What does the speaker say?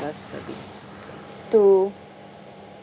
service to